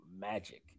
magic